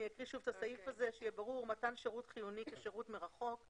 אני אקריא שוב את הסעיף שיהיה ברור: "מתן שירות חיוני כשירות מרחוק,